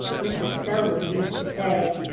mrs. selwood used to say.